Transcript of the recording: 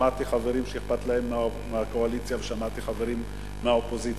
שמעתי חברים שאכפת להם מהקואליציה ושמעתי חברים מהאופוזיציה.